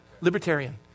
Libertarian